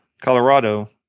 Colorado